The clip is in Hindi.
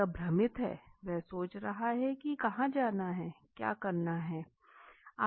वह भ्रमित है वह सोच रहा है कि कहाँ जाना है क्या करना है